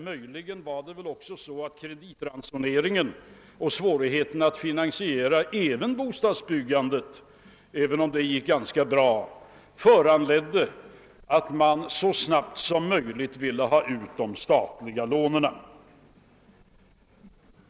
Möjligen föranledde också kreditransoneringen och svårigheten att finansiera även bostadsbyggandet — även om det gick ganska bra — att man så snabbt som möjligt ville ha ut de statliga lånen.